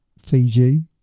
Fiji